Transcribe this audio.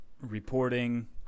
reporting